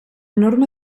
norma